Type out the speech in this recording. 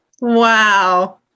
wow